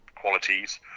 qualities